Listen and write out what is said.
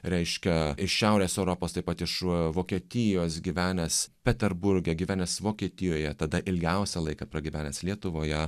reiškia iš šiaurės europos taip pat iš vokietijos gyvenęs peterburge gyvenęs vokietijoje tada ilgiausią laiką pragyvenęs lietuvoje